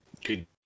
Good